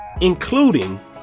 including